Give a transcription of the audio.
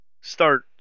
start